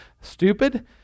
stupid